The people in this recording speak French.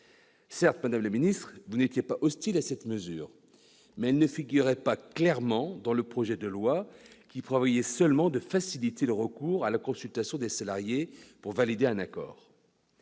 Certes, madame la ministre, vous n'étiez pas hostile à cette mesure, mais elle ne figurait pas clairement dans le projet de loi, qui prévoyait seulement de « faciliter le recours à la consultation des salariés pour valider un accord